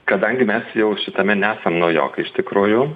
kadangi mes jau šitame nesam naujokai iš tikrųjų